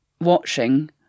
watching